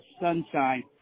sunshine